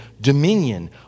dominion